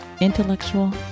intellectual